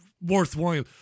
worthwhile